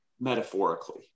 metaphorically